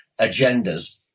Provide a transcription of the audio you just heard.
agendas